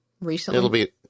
Recently